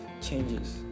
changes